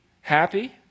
happy